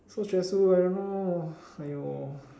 so stressful I don't know !aiyo!